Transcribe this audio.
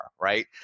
right